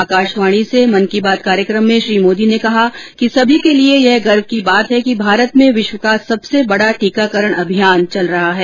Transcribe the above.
आकाशवाणी से मन की बात कार्यक्रम में श्री मोदी ने कहा कि सभी के लिए यह गर्व की बात है कि भारत में विश्व का सबसे बड़ा टीकाकरण अभियान चल रहा है